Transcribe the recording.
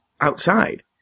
outside